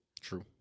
True